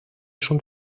schon